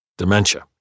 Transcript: Dementia